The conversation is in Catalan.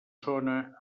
sona